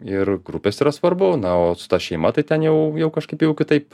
ir grupės yra svarbu na o su ta šeima tai ten jau jau kažkaip jau kitaip